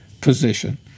position